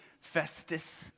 Festus